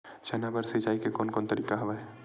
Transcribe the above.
चना बर सिंचाई के कोन कोन तरीका हवय?